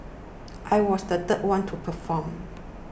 I was the third one to perform